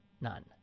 None